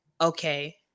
okay